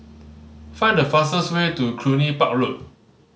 find the fastest way to Cluny Park Road